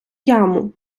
яму